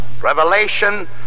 Revelation